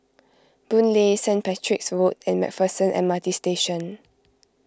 Boon Lay Saint Patrick's Road and MacPherson M R T Station